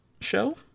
show